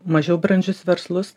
mažiau brandžius verslus